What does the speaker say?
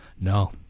No